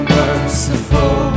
merciful